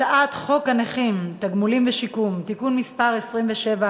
הצעת חוק השיפוט הצבאי (תיקון מס' 70)